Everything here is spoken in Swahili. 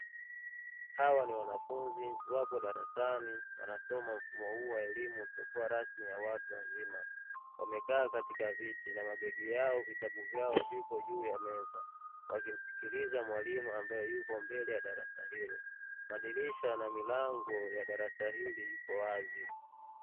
Hawa ni wanafunzi wapo darasani wanasoma mfumo huu wa elimu isiyokuwa rasmi ya watu wazima wamekaa katika viti na mabegi yao vitabu vyao viko juu ya meza, wakimsikiliza mwalimu ambaye yuko mbele ya darasa hilo, madirisha na milango ya darasa hili iko wazi.